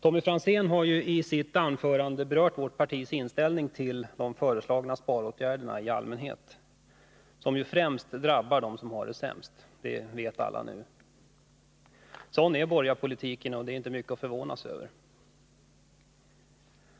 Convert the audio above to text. Tommy Franzén har i sitt anförande berört vårt partis inställning till de föreslagna besparingsåtgärderna i allmänhet. Att dessa främst drabbar dem som har det sämst vet vi vid det här laget — sådan är borgarpolitiken, och det är inte mycket att förvånas över.